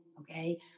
Okay